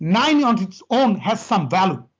nine on its own has some value.